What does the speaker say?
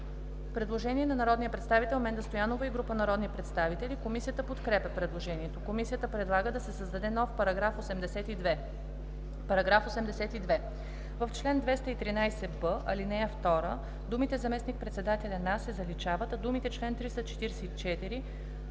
предложение на народния представител Менда Стоянова и група народни представители. Комисията подкрепя предложението. Комисията предлага да се създаде нов § 82: „§ 82. В чл. 213б ал. 2 думите „заместник-председателя на“ се заличават, а думите „чл. 344,